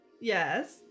Yes